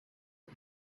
but